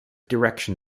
direction